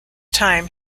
time